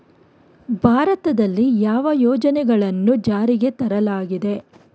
ಭಾರತದಲ್ಲಿ ಯಾವ ಯೋಜನೆಗಳನ್ನು ಜಾರಿಗೆ ತರಲಾಗಿದೆ?